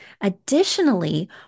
Additionally